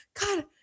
God